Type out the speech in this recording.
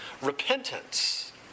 repentance